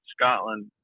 Scotland